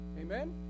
Amen